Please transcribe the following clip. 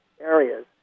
areas